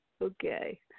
Okay